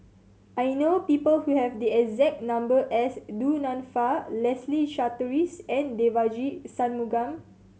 I know people who have the exact number as Du Nanfa Leslie Charteris and Devagi Sanmugam